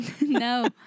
No